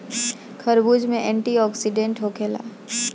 खरबूज में एंटीओक्सिडेंट होखेला